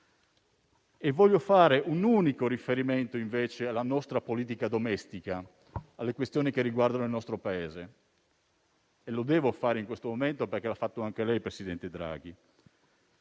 Voglio fare un unico riferimento invece alla nostra politica domestica, alle questioni che riguardano il nostro Paese e lo devo fare in questo momento, perché l'ha fatto anche lei, presidente Draghi.